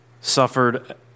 suffered